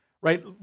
right